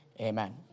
Amen